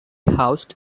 housed